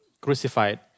crucified